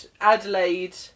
Adelaide